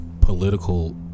political